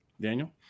Daniel